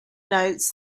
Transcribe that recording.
notes